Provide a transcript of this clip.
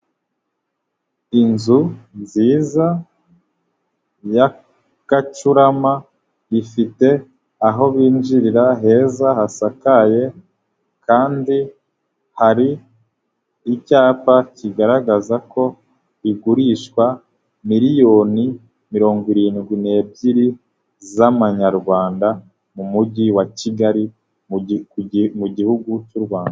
Inzu nziza y'agacurama ifite aho binjirira heza hasakaye kandi hari icyapa kigaragaza ko igurishwa miliyoni mirongo irindwi n'ebyiri z'amanyarwanda mu mujyi wa Kigali mu gihugu cy'u Rwanda.